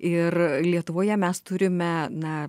ir lietuvoje mes turime na